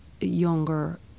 younger